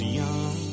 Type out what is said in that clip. young